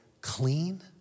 clean